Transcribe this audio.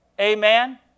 Amen